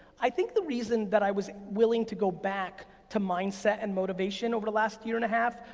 i think the reason that i was willing to go back to mindset and motivation over the last year and a half,